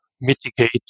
mitigate